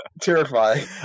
Terrifying